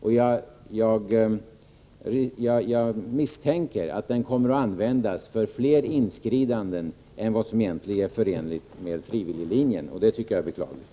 Jag misstänker att lagen kommer att användas för fler inskridanden än vad som egentligen är förenligt med frivilliglinjen, och det tycker jag är beklagligt.